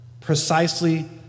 precisely